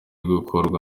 gukorwa